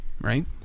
Right